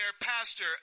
Pastor